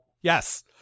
Yes